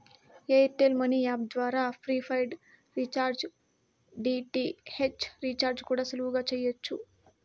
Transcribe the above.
air tell money app ద్వారా prepaid recharge, DTH recharge కూడా సులువుగా చెయ్యచ్చు